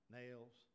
nails